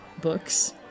books